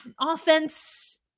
offense